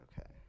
okay